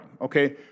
okay